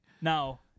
now